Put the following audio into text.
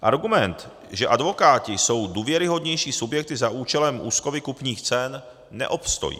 Argument, že advokáti jsou důvěryhodnější subjekty za účelem úschovy kupních cen, neobstojí.